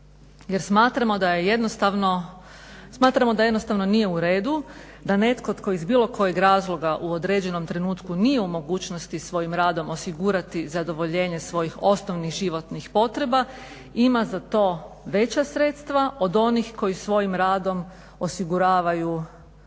smatramo da jednostavno nije u redu da netko tko iz bilo kojeg razloga u određenom trenutku nije u mogućnosti svojim radom osigurati zadovoljenje svojih osnovnih životnih potreba ima za to veća sredstva od onih koji svojim radom osiguravaju i